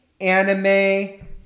anime